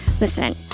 Listen